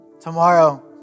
Tomorrow